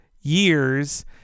years